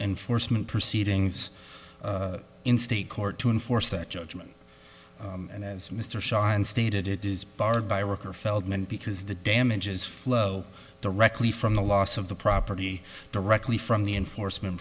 enforcement proceedings in state court to enforce that judgment and as mr shaw and stated it is barred by worker feldman because the damages flow directly from the loss of the property directly from the enforcement